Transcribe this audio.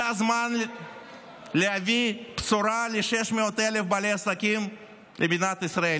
זה הזמן להביא בשורה ל-600,000 בעלי עסקים במדינת ישראל.